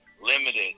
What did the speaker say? limited